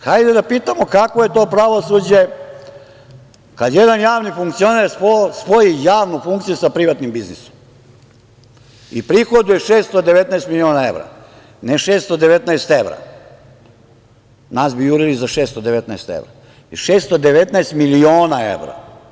Hajde da pitamo – kakvo je to pravosuđe kad jedan javni funkcioner spoji javnu funkciju sa privatnim biznisom i prihoduje 619 miliona evra, ne 619 evra, nas bi jurili za 619 evra, već 619 miliona evra?